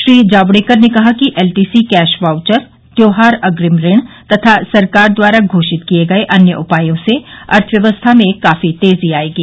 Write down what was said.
श्री जावडेकर ने कहा कि एलटीसी कैश वाउचर त्योहार अग्रिम ऋण तथा सरकार द्वारा घोषित किए गए अन्य उपायों से अर्थव्यवस्था में काफी तेजी आएगी